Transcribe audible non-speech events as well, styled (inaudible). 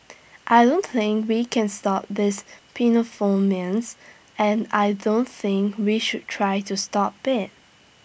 I don't think we can stop this (unintelligible) and I don't think we should try to stop IT